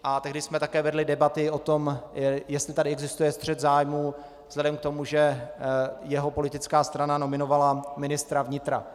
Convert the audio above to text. A tehdy jsme také vedli debaty o tom, jestli tady existuje střet zájmu vzhledem k tomu, že jeho politická strana nominovala ministra vnitra.